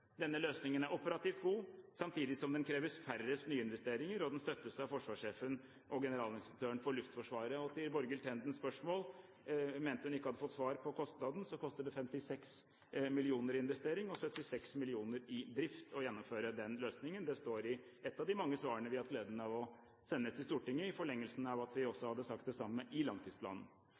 Denne løsningen er operativt god, samtidig som den krever færrest nyinvesteringer, og den støttes av forsvarssjefen og generalinspektøren for Luftforsvaret. Til Borghild Tenden, som mente hun ikke hadde fått svar på kostnaden: Det koster 56 mill. kr i investering og 76 mill. kr i drift å gjennomføre den løsningen. Det står i et av de mange svarene vi har hatt gleden av å oversende til Stortinget, i forlengelsen av at vi også sa det samme i langtidsplanen.